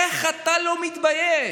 איך אתה לא מתבייש?